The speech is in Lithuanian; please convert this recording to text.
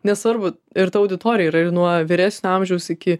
nesvarbu ir ta auditorija yra nuo vyresnio amžiaus iki